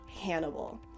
Hannibal